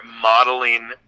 modeling